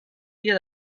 dia